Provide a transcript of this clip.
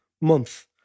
month